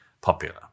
popular